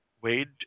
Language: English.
Wade